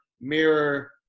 mirror